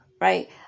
right